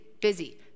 busy